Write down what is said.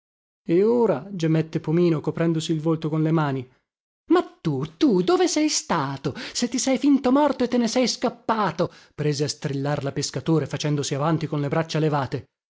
e ora gemette pomino coprendosi il volto con le mani ma tu tu dove sei stato se ti sei finto morto e te ne sei scappato prese a strillar la pescatore facendosi avanti con le braccia levate